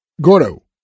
Gordo